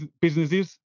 businesses